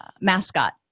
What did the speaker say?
mascot